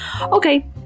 okay